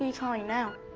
yeah calling now?